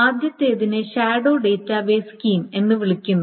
ആദ്യത്തേതിനെ shadow database scheme എന്ന് വിളിക്കുന്നു